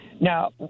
Now